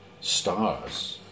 stars